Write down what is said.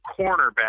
cornerback